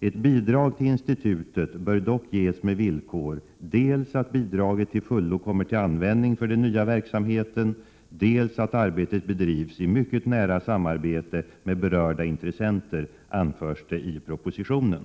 Ett bidrag till Filminstitutet bör dock ges med villkor dels att bidraget till fullo kommer till användning för den nya verksamheten, dels att arbetet bedrivs i mycket nära samarbete med berörda intressenter, anförs det i propositionen.